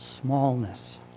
smallness